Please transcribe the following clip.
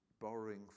borrowing